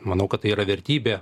manau kad tai yra vertybė